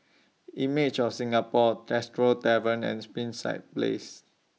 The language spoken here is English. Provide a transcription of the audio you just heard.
Images of Singapore Tresor Tavern and Springside Place